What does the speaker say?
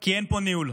כי אין פה ניהול.